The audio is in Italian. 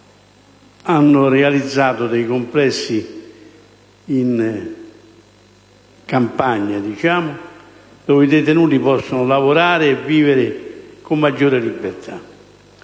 hanno realizzato dei complessi nelle campagne dove i detenuti possono lavorare e vivere con maggiore libertà.